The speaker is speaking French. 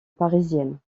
parisienne